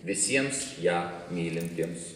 visiems ją mylintiems